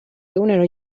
egunero